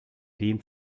dehnt